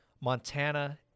Montana